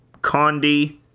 condi